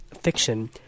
fiction